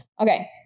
Okay